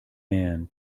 man